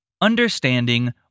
Understanding